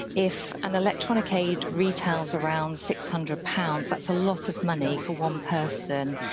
if an electronic aid retails around six hundred pounds, that's a lot of money for one person,